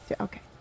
Okay